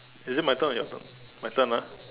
is it my turn or your turn my turn ah